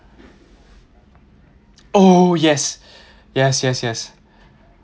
oh yes yes yes yes